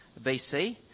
BC